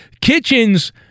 Kitchens